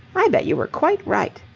i bet you were quite right.